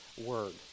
word